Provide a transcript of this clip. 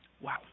wow